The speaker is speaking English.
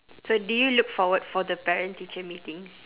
so do you look forward for the parent teacher meetings